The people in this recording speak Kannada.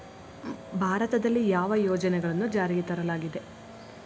ಭಾರತದಲ್ಲಿ ಯಾವ ಯೋಜನೆಗಳನ್ನು ಜಾರಿಗೆ ತರಲಾಗಿದೆ?